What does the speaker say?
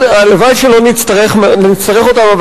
הלוואי שלא נצטרך אותם,